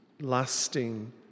lasting